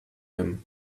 him